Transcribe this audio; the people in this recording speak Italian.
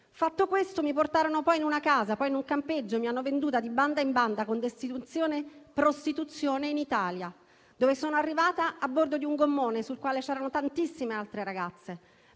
Fatto questo, mi portarono poi in una casa, poi in un campeggio e mi hanno venduta di banda in banda con destinazione "prostituzione in Italia", dove sono arrivata a bordo di un gommone, sul quale c'erano tantissime altre ragazze.